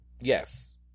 Yes